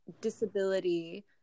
disability